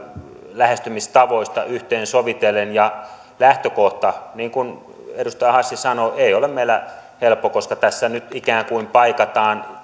lähestymistapoja yhteen sovitellen lähtökohta niin kuin edustaja hassi sanoi ei ole meillä helppo koska tässä nyt ikään kuin paikataan